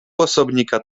osobnika